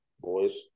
Boys